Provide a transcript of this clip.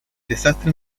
desastre